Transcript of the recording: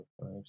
five